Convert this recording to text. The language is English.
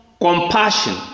compassion